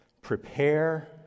Prepare